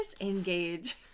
engage